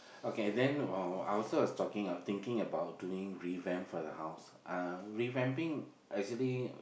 okay then while I was also was talking was thinking about doing revamp for the house uh revamping actually